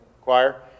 choir